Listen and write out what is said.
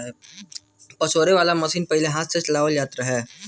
पछोरे वाला मशीन पहिले हाथ से चलावल जात रहे